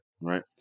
Right